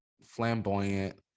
flamboyant